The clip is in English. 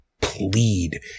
plead